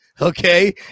okay